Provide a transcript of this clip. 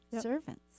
servants